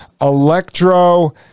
electro-